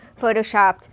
photoshopped